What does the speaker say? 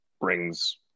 brings